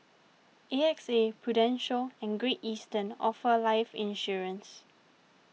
A X A Prudential and Great Eastern offer life insurance